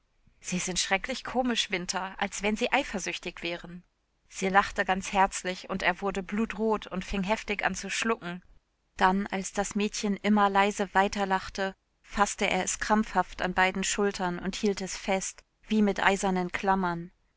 sie sind schrecklich komisch winter als wenn sie eifersüchtig wären sie lachte ganz herzlich und er wurde blutrot und fing heftig an zu schlucken dann als das mädchen immer leise weiterlachte faßte er es krampfhaft an beiden schultern und hielt es fest wie mit eisernen klammern